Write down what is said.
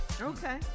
okay